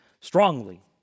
strongly